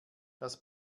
das